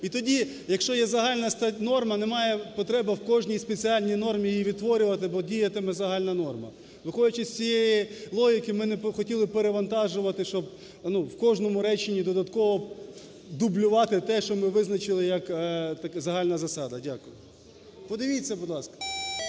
І тоді, якщо є загальна норма, немає потреби в кожній спеціальній нормі її відтворювати, бо діятиме загальна норма. Виходячи з цієї логіки, ми не хотіли перевантажувати, щоб в кожному реченні додатково дублювати те, що ми визначили як загальна засада. Дякую. Подивіться, будь ласка.